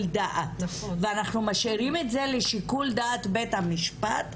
דעת ואנחנו משאירים את זה לשיקול דעת בית המשפט,